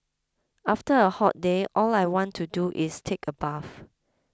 after a hot day all I want to do is take a bath